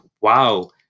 wow